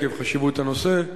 עקב חשיבות הנושא,